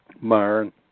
Myron